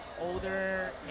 older